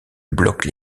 bloque